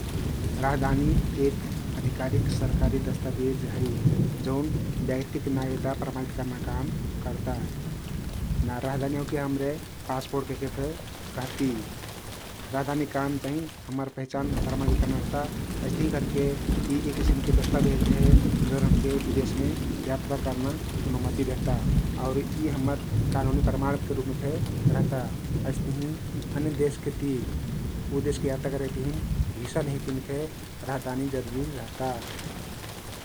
राहदानी एक अधिकारिक सरकारी दस्तावेज हइ जउन व्यक्तिक नागरिक्ता प्रमाणित कर्ना काम कर्ता । राहदानी ओहके हम्रे पास्पोर्ट कहिके फे कहती । राहदानीक काम चाहिं हम्मर पहिचान प्रमाणित कर्ना रहता । अइस्तहिं करके यी एक किसिमके दस्तावेज हे जउन हमके विदेशमे यात्रा कर्ना अनुमती देहता आउर यी हम्मर कानुनी प्रमाणके रुपमे फे रहता । अइस्तहिं अन्य देशके ति उ देशके यात्रा करक तहिन भिसा लेहेक तहिन फे राहदानी जरुरी रहता ।